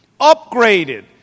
upgraded